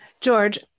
George